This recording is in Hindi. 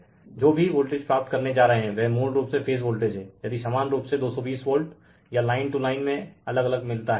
रिफर टाइम 1033 जो भी वोल्टेज प्राप्त करने जा रहे हैं वह मूल रूप से फेज वोल्टेज हैं यदि समान रूप से 220 वोल्ट या लाइन टू लाइन में अलग अलग मिलता हैं